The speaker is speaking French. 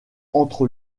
entre